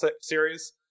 series